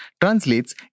translates